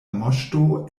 moŝto